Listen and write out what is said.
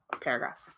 paragraph